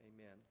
Amen